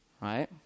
right